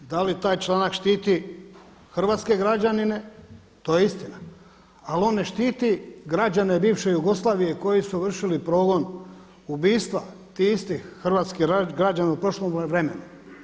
Da li taj članak štiti hrvatske građanine, to je istina, ali on ne štiti građane bivše Jugoslavije koji su vršili progon ubistva tih istih hrvatskih građana u prošlom vremenu.